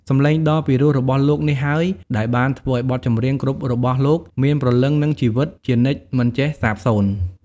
សម្លេងដ៏ពីរោះរបស់លោកនេះហើយដែលបានធ្វើឱ្យបទចម្រៀងគ្រប់របស់លោកមានព្រលឹងនិងជីវិតជានិច្ចមិនចេះសាបសូន្យ។